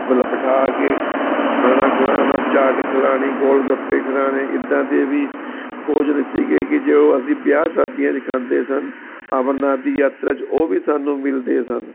ਬਲ ਬਿਠਾ ਕੇ ਖਾਣਾ ਖਿਲਾਣਾ ਚਾਟ ਖਿਲਾਣੀ ਗੋਲ ਗੱਪੇ ਖਿਲਾਣੇ ਇੱਦਾਂ ਦੇ ਵੀ ਭੋਜਨ ਸੀਗੇ ਕਿ ਜੋ ਅਸੀਂ ਵਿਆਹ ਸ਼ਾਦੀਆਂ 'ਚ ਖਾਂਦੇ ਸਨ ਅਮਰਨਾਥ ਦੀ ਯਾਤਰਾ 'ਚ ਉਹ ਵੀ ਸਾਨੂੰ ਮਿਲਦੇ ਸਨ